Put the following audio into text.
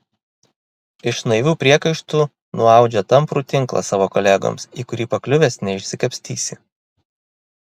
iš naivių priekaištų nuaudžia tamprų tinklą savo kolegoms į kurį pakliuvęs neišsikapstysi